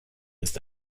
esta